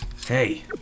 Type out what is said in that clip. Hey